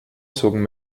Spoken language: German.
zogen